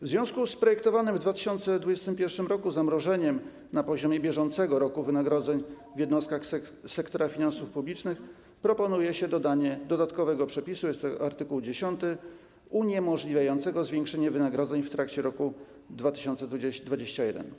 W związku z projektowanym w 2021 r. zamrożeniem na poziomie bieżącego roku wynagrodzeń w jednostkach sektora finansów publicznych proponuje się dodanie dodatkowego przepisu - jest to art. 10 - uniemożliwiającego zwiększenie wynagrodzeń w trakcie roku 2021.